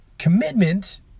Commitment